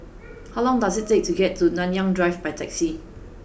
how long does it take to get to Nanyang Drive by taxi